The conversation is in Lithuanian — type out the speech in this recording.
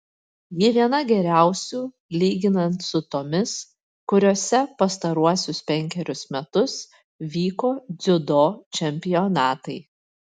ji viena geriausių lyginant su tomis kuriose pastaruosius penkerius metus vyko dziudo čempionatai